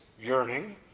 yearning